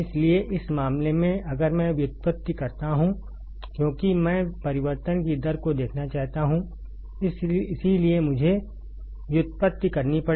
इसलिए इस मामले में अगर मैं व्युत्पत्ति करता हूं क्योंकि मैं परिवर्तन की दर को देखना चाहता हूं इसीलिए मुझे व्युत्पत्ति करनी पड़ी